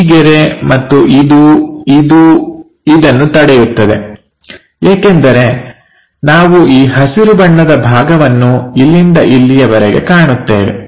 ಈ ಗೆರೆ ಮತ್ತು ಇದು ಇದು ಇದನ್ನು ತಡೆಯುತ್ತದೆ ಏಕೆಂದರೆ ನಾವು ಈ ಹಸಿರು ಬಣ್ಣದ ಭಾಗವನ್ನು ಇಲ್ಲಿಂದ ಇಲ್ಲಿಯವರೆಗೆ ಕಾಣುತ್ತೇವೆ